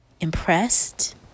impressed